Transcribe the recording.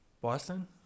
Boston